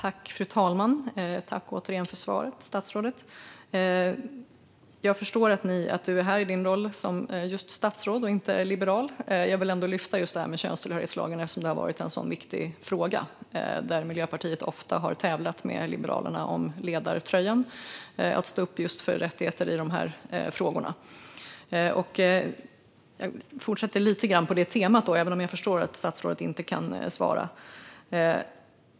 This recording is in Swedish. Fru talman! Jag tackar åter statsrådet för svaret. Jag förstår att du är här i din roll som statsråd och inte som liberal, men jag ville ändå lyfta upp detta med könstillhörighetslagen eftersom det är en så viktig fråga, där Miljöpartiet ofta tävlat med Liberalerna om ledartröjan när det gäller att stå upp för rättigheter i dessa frågor. Jag fortsätter lite på samma tema, även om jag förstår att statsrådet inte kan svara.